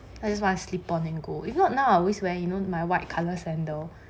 I just want slip on and go if not now I always wear you know my white colour sandal